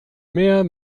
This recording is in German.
mehr